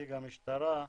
נציג המשטרה,